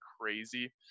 crazy